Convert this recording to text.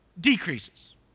decreases